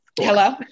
Hello